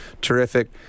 terrific